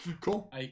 Cool